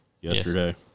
Yesterday